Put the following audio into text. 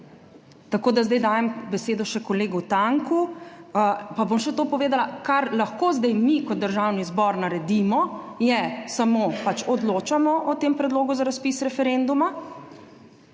Tako da zdaj dajem besedo še kolegu Tanku. Pa bom še to povedala, kar lahko zdaj mi kot Državni zbor naredimo je samo, pač odločamo o tem predlogu za razpis referenduma,